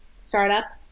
Startup